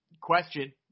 question